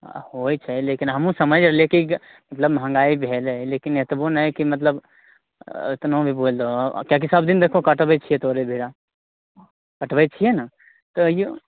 होइ छै लेकिन हमहुँ समैझ रहलियै हँ कि मतलब मंहगाइ भेलै लेकिन एतबो नहि कि मतलब एतनो भी बोल दहो आ किएकि सब दिन देखहो कटबै छियै तोरे भिरा कटबै छियै ने तैयो